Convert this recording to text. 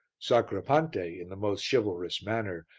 sacripante, in the most chivalrous manner,